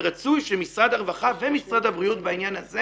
ורצוי שמשרד הרווחה ומשרד הבריאות בעניין הזה